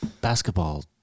basketball